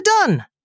done